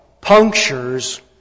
punctures